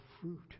fruit